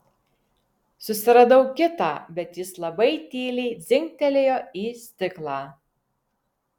susiradau kitą bet jis labai tyliai dzingtelėjo į stiklą